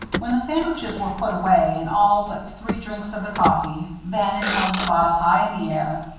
when the sandwiches were put away, and all but three drinks of the coffee, bannon held the bottle high in the air.